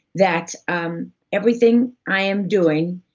that um everything i am doing,